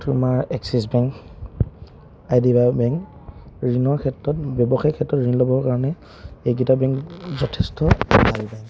তোমাৰ Axis bank bank ঋণৰ ক্ষেত্ৰত ব্যৱসায় ক্ষেত্ৰত ঋণ ল'বৰ কাৰণে এইকেইটা বেংক যথেষ্ট